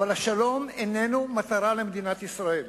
אבל השלום איננו מטרה למדינת ישראל.